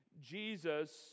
Jesus